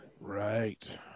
Right